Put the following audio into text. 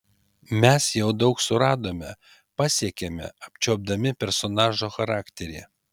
mes jau daug suradome pasiekėme apčiuopdami personažo charakterį